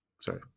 Sorry